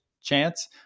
chance